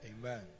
Amen